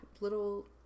little